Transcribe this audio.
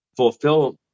fulfill